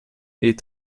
est